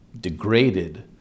degraded